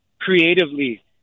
creatively